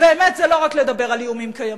ואמת זה לא רק לדבר על איומים קיימים,